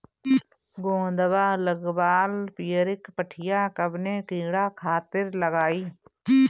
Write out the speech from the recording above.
गोदवा लगवाल पियरकि पठिया कवने कीड़ा खातिर लगाई?